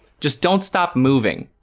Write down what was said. just don't stop moving